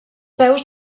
peus